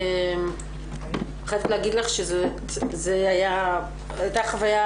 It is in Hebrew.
אני חייבת להגיד לך שזאת הייתה חוויה